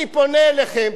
אני פונה אליכם,